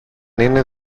είναι